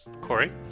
Corey